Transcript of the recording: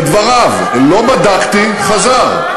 לדבריו: לא בדקתי, חזר.